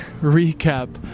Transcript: recap